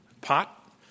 pot